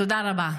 תודה רבה.